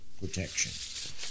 protection